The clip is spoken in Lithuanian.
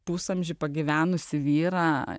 pusamžį pagyvenusį vyrą